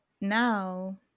now